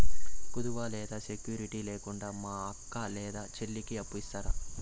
కుదువ లేదా సెక్యూరిటి లేకుండా మా అక్క లేదా చెల్లికి అప్పు ఇస్తారా?